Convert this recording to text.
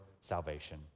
salvation